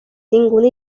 ninguna